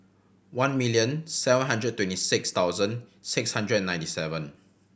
one million seven hundred twenty six thousand six hundred and ninety seven